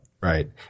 Right